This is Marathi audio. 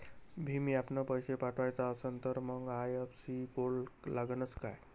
भीम ॲपनं पैसे पाठवायचा असन तर मंग आय.एफ.एस.सी कोड लागनच काय?